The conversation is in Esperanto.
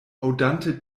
aŭdante